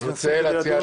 מתכנסים לדון